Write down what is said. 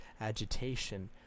agitation